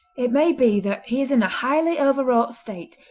it may be that he is in a highly overwrought state,